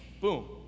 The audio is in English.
boom